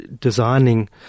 designing